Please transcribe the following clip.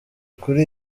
kuri